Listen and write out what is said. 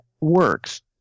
works